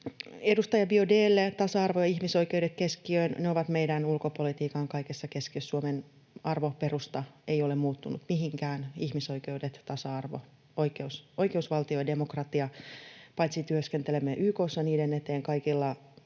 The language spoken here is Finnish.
Edustaja Biaudet, tasa-arvo ja ihmisoikeudet keskiöön: Ne ovat kaiken meidän ulkopolitiikan keskiössä. Suomen arvoperusta ei ole muuttunut mihinkään: ihmisoikeudet, tasa-arvo, oikeusvaltio ja demokratia. Työskentelemme YK:ssa niiden eteen kaikilla